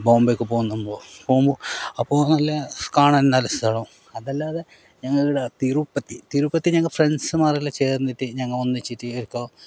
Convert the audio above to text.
ബോംബെയ്ക്ക് പോകുമ്പോൾ അപ്പോൾ നല്ല കാണാൻ നല്ല സ്ഥലം അതല്ലാതെ ഞങ്ങളുടെ തിരുപ്പതി തിരുപ്പതി ഞങ്ങൾ ഫ്രണ്ട്സ് മാത്രം ചേർന്നിട്ട് ഞങ്ങൾ ഒന്നിച്ചിട്ട് ചെലപ്പോൾ